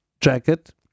jacket